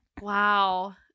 Wow